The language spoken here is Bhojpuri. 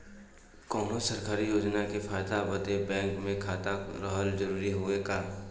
कौनो सरकारी योजना के फायदा बदे बैंक मे खाता रहल जरूरी हवे का?